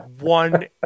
one